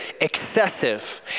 excessive